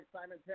Simon